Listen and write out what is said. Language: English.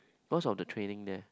cause of the training there